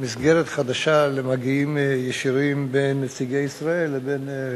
מסגרת חדשה למגעים ישירים בין נציגי ישראל לבין